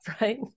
right